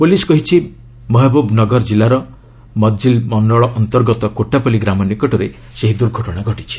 police କହିଛି ମୋହବୁବ୍ନଗର ଜିଲ୍ଲାର ମିଦଜିଲ୍ ମଣ୍ଡଳ ଅନ୍ତର୍ଗତ କୋଟାପଲି ଗ୍ରାମ ନିକଟରେ ଏହି ଦୁର୍ଘଟଣା ଘଟିଛି